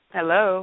Hello